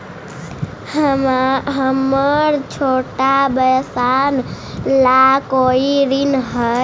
हमर छोटा व्यवसाय ला कोई ऋण हई?